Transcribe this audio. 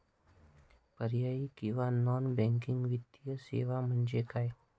पर्यायी किंवा non banking वित्तीय सेवा म्हणजे काय?